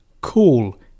cool